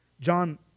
John